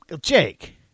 Jake